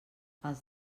els